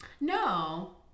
no